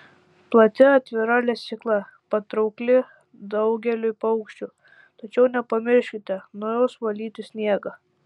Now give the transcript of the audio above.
plati atvira lesykla patraukli daugeliui paukščių tačiau nepamirškite nuo jos valyti sniegą